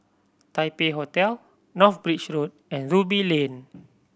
Taipei Hotel North Bridge Road and Ruby Lane